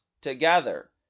together